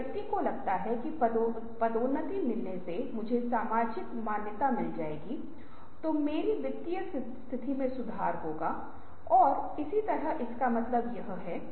यदि वे लंबे समय तक बुनियादी व्यवसायी अभ्यास करते हैं तो वे अपने सामाजिक नागरिक और वाणिज्यिक संस्थानों के लिए वही लागू कर सकते हैं जिसके साथ वे सक्रिय हैं